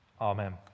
amen